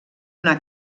una